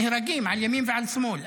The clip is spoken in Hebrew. נהרגים על ימין ועל שמאל.